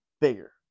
bigger